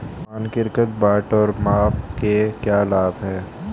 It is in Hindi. मानकीकृत बाट और माप के क्या लाभ हैं?